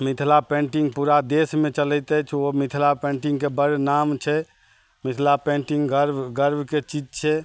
Mithila painting पूरा देशमे चलैत अछि ओ मिथिला पेन्टिंगके बड़ नाम छै मिथिला पेन्टिंग गर्व गर्वके चीज छै